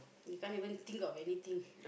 we can't even think of anything